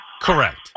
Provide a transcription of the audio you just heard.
Correct